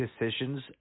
decisions